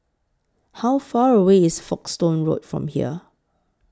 How Far away IS Folkestone Road from here